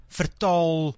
vertaal